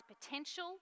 potential